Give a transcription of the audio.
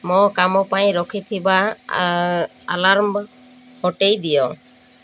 ମୋ କାମ ପାଇଁ ରଖିଥିବା ଆଲାର୍ମ ହଟାଇ ଦିଅ